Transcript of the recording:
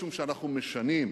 משום שאנחנו משנים,